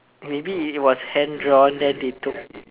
maybe it was hand drawn then they took